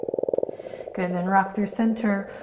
good, then rock through center,